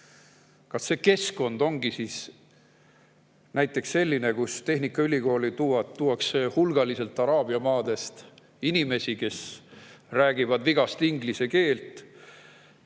Kas see keskkond ongi siis näiteks selline, kus tehnikaülikooli on toodud hulgaliselt araabia maadest inimesi, kes räägivad vigast inglise keelt